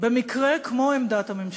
במקרה כמו עמדת הממשלה,